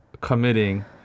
committing